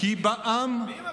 מי מפריע?